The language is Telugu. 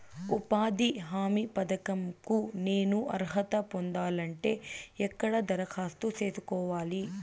ఉపాధి హామీ పథకం కు నేను అర్హత పొందాలంటే ఎక్కడ దరఖాస్తు సేసుకోవాలి?